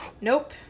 Nope